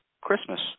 Christmas